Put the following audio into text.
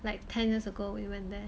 like ten years ago we went there